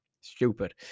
Stupid